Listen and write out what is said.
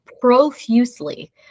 profusely